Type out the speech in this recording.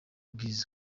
bwiza